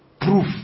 proof